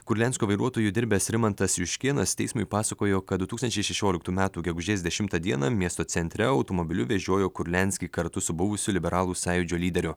kurlianskio vairuotoju dirbęs rimantas juškėnas teismui pasakojo kad du tūkstančiai šešioliktų metų gegužės dešimtą dieną miesto centre automobiliu vežiojo kurlianskį kartu su buvusiu liberalų sąjūdžio lyderiu